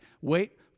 Wait